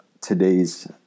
today's